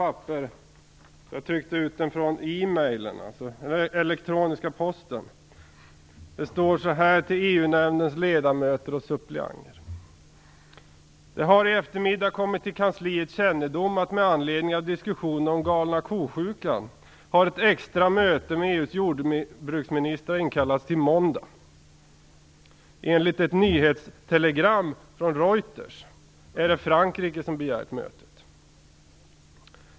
I dag fick jag det här meddelandet med den elektroniska posten: Det har i eftermiddag kommit till kansliets kännedom att med anledning av diskussionen om galna kosjukan har ett extra möte med EU:s jordbruksministrar inkallats till måndag. Enligt ett nyhetstelegram från Reuters är det Frankrike som begärt mötet.